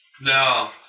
No